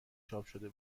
چاپشده